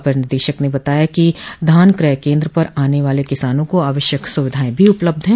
अपर निदेशक ने बताया कि धान क्रय केन्द्र पर आने वाले किसानों को आवश्यक सुविधाएं भी उपलब्ध है